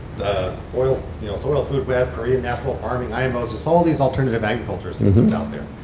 soil you know soil food web, creating natural farming, imos. there's all these alternative agriculture systems out there.